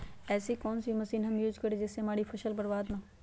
ऐसी कौन सी मशीन हम यूज करें जिससे हमारी फसल बर्बाद ना हो?